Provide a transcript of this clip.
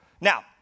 Now